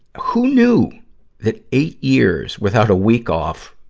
who knew that eight years without a week off,